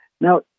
Now